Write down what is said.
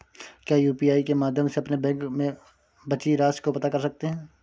क्या यू.पी.आई के माध्यम से अपने बैंक में बची राशि को पता कर सकते हैं?